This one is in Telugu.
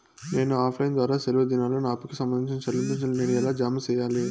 నేను ఆఫ్ లైను ద్వారా సెలవు దినాల్లో నా అప్పుకి సంబంధించిన చెల్లింపులు నేను ఎలా జామ సెయ్యాలి?